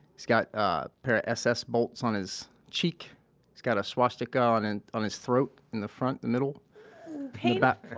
he's got a pair of ss bolts on his cheek. he's got a swastika on and on his throat in the front, the middle nigel